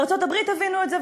בארצות-הברית הבינו את זה,